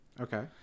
Okay